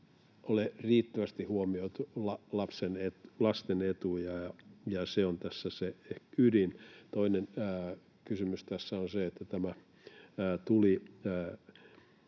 ole riittävästi huomioitu lasten etuja. Se on tässä se ydin. Toinen kysymys tässä on se, että tämä tuli